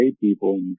people